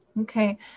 okay